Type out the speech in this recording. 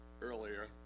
earlier